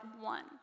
one